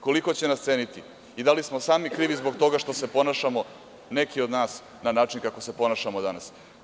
Koliko će nas ceniti i da li smo sami krivi što se ponašamo, neki od nas na način kako se ponašamo danas.